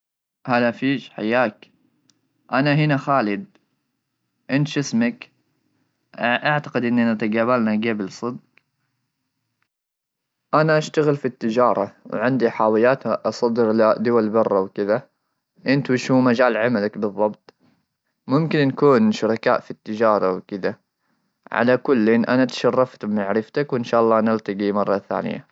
هلا فيش حياك ,انا هنا خالد انت شو اسمك اعتقد اننا تقابلنا قبل صدق, انا اشتغل في التجاره ,وعندي حاويات اصدر لدول برا وكذا انت وشو مجال عملك بالضبط ممكن نكون شركاء في التجاره وكذا على كل انا تشرفت بمعرفتك ,وان شاء الله نلتقي مره ثانيه.